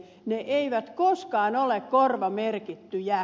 ne eivät koskaan ole korvamerkittyjä